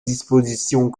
dispositions